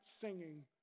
singing